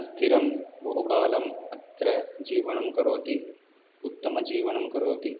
स्थिरं बहु कालम् अत्र जीवनं करोति उत्तमं जीवनं करोति